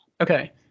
Okay